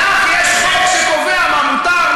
לך יש חוק שקובע מה מותר,